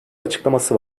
açıklaması